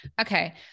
Okay